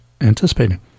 anticipating